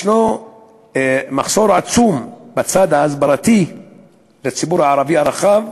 יש מחסור עצום בצד ההסברתי לציבור הערבי הרחב,